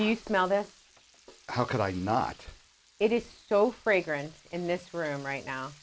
you smell that how could i not it is so fragrant in this room right now